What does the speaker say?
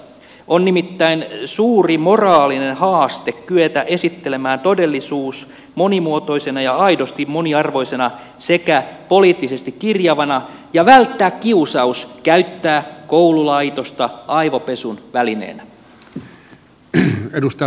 on nimittäin suuri moraalinen haaste kyetä esittelemään todellisuus monimuotoisena ja aidosti moniarvoisena sekä poliittisesti kirjavana ja välttää kiusaus käyttää koululaitosta aivopesun välineenä